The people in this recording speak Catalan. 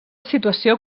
situació